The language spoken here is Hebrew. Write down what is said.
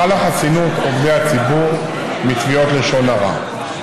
חלה חסינות עובדי הציבור מתביעות לשון הרע.